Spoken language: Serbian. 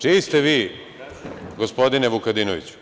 Čiji ste vi, gospodine Vukadinoviću?